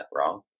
wrong